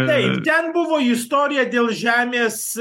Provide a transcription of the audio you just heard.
taip ten buvo istorija dėl žemės